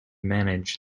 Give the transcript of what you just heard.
manage